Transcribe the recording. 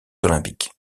olympique